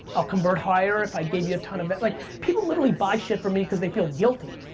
i'll convert higher if i gave you a ton of it. like people literally buy shit from me cuz they feel guilty.